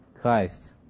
Christ